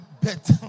bet